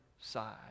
side